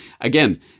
Again